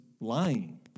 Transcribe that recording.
lying